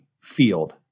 field